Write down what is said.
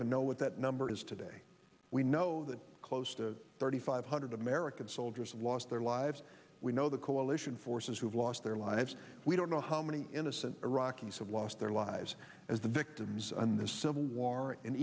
even know what that number is today we know that close to thirty five hundred american soldiers lost their lives we know the coalition forces who have lost their lives we don't know how many innocent iraqis have lost their lives as the victims in the civil war and